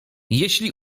jeśli